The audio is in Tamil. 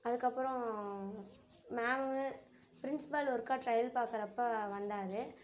அதுக்கப்பறம் மேம்மு பிரின்சிபல் ஒருக்கா ட்ரையல் பார்க்கறப்ப வந்தார்